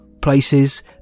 places